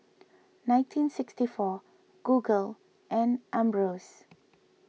nineteen sixty four Google and Ambros